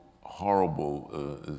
horrible